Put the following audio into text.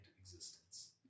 existence